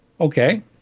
Okay